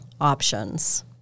options